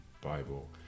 Bible